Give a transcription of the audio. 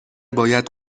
باید